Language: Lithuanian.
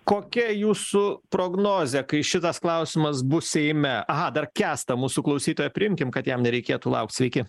kokia jūsų prognozė kai šitas klausimas bus seime aha dar kęstą mūsų klausytoją priimkim kad jam nereikėtų laukt sveiki